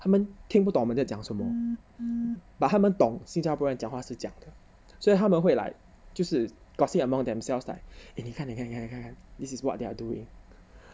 他们听不懂我们在讲什么 but 他们懂新加坡人讲话是这样的所以他们会来就是 gossip among themselves like eh 你看你看你看 this is what they are doing